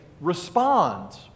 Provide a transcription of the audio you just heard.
responds